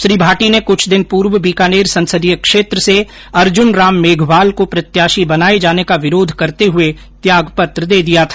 श्री भाटी ने कुछ दिन पूर्व बीकानेर संसदीय क्षेत्र से अर्जुन राम मेघवाल को प्रत्याशी बनाये जाने का विरोध करते हुए त्यागपत्र दे दिया था